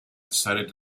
decided